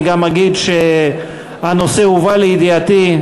אני גם אגיד שהנושא הובא לידיעתי,